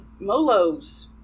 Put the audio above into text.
Molos